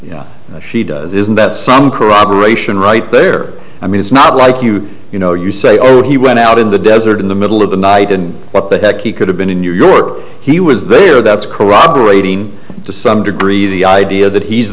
there she does it isn't that some corroboration right there i mean it's not like you you know you say oh he went out in the desert in the middle of the night and what but that he could have been in new york he was there that's corroborating to some degree the idea that he's